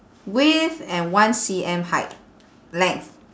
width and one C_M height length